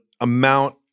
amount